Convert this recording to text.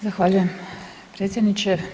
Zahvaljujem predsjedniče.